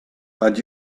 but